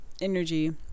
energy